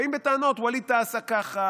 באים בטענות: ווליד טאהא עשה ככה,